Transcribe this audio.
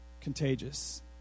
contagious